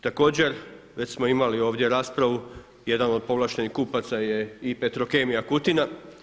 Također već smo imali ovdje raspravu jedan od povlaštenih kupaca je i Petrokemija Kutina.